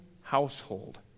household